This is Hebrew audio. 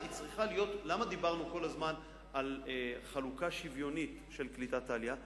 למה דיברנו כל הזמן על חלוקה שוויונית של קליטת עלייה?